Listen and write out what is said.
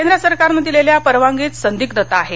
केंद्र सरकारनं दिलेल्या परवानगीत संदिग्धता ाहे